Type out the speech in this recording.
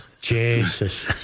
Jesus